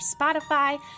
Spotify